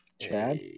Chad